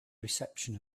reception